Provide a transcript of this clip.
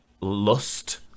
lust